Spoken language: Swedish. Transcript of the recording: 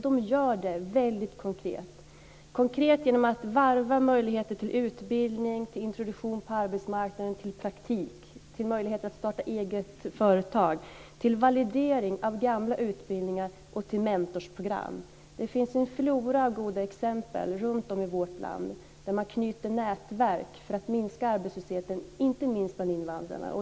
De gör det konkret genom att varva möjligheter till utbildning, introduktion på arbetsmarknaden till praktik, till möjlighet att starta eget företag, till validering av gamla utbildningar och till mentorsprogram. Det finns en flora av goda exempel i vårt land där man knyter nätverk för att minska arbetslösheten inte minst bland invandrarna.